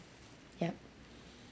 ya